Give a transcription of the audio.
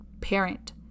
parent